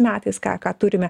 metais ką ką turime